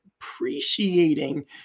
appreciating